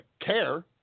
CARE